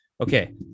Okay